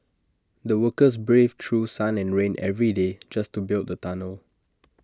the workers braved through sun and rain every day just to build the tunnel